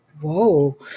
Whoa